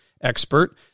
expert